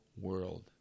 world